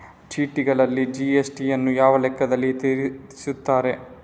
ಚೀಟಿಗಳಲ್ಲಿ ಜಿ.ಎಸ್.ಟಿ ಯನ್ನು ಯಾವ ಲೆಕ್ಕದಲ್ಲಿ ಸೇರಿಸುತ್ತಾರೆ?